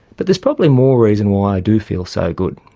but there's probably more reason why i do feel so good.